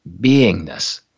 beingness